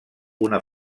una